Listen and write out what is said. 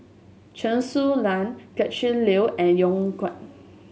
Chen Su Lan Gretchen Liu and Yong Guan